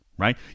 right